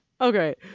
Okay